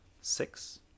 Six